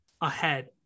ahead